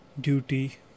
duty